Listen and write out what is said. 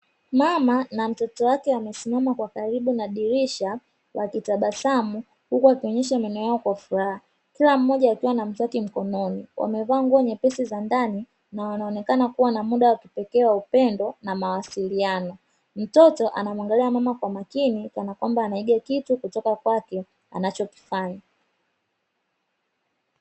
Mama na mtoto wake wamesimama karibu na dirisha na mtoto wake wakitabasamu, huku wakionyesha meno yao kwa furaha, kila mmoja akiwa na mswaki wake mkononi; wamevaa nguo nyepesi za ndani na wanaonekana kuwa wana muda wa kipekee wa upendo na mawasiliano, mtoto anamwangalia mama kwa makini, kana kwamba anaiga kitu kutoka kwake anachokifanya.